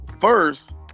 First